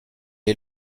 est